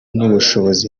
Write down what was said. n’ubushobozi